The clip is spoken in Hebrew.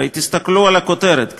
הרי תסתכלו על הכותרת: